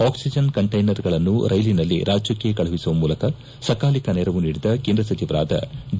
oxygen ಕಂಟೈನರ್ಗಳನ್ನು ರೈಲಿನಲ್ಲಿ ರಾಜ್ಯಕ್ಷೆ ಕಳುಹಿಸುವ ಮೂಲಕ ಸಕಾಲಿಕ ನೆರವು ನೀಡಿದ ಕೇಂದ್ರ ಸಚಿವರಾದ ಡಿ